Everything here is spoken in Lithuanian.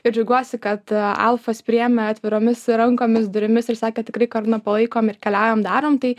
ir džiaugiuosi kad alfas priėmė atviromis rankomis durimis ir sakė tikrai karūną palaikom ir keliaujam darom tai